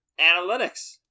Analytics